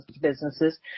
businesses